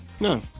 No